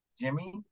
jimmy